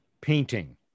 painting